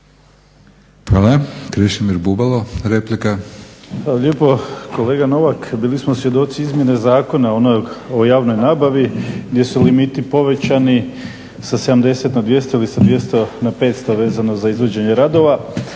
**Bubalo, Krešimir (HDSSB)** Hvala lijepo. Kolega Novak, bili smo svjedoci izmjene Zakona onog o javnoj nabavi gdje su limiti povećani sa 70 na 200 ili sa 200 na 500 vezano za izvođenje radova.